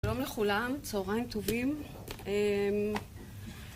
שלום לכולם, צהריים טובים